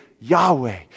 Yahweh